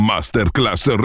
Masterclass